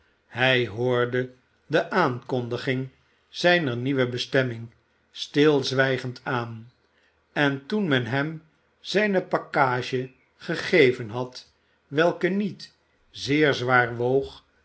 hij hoorde de aankondiging zijner nieuwe bestemming stilzwijgend aan en toen men hem zijne pakkage gegeven had welke niet zeer zwaar woog